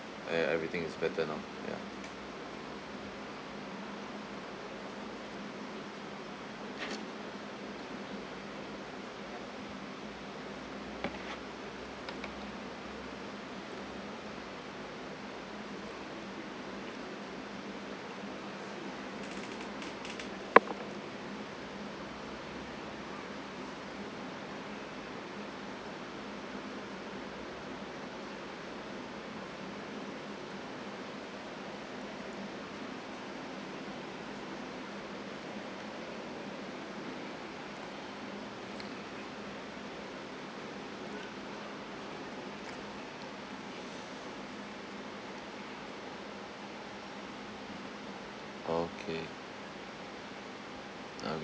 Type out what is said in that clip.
ah ya everything is better now ya okay okay